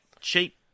cheap